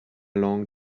long